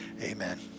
Amen